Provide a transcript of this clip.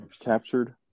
captured